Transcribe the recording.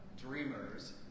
dreamers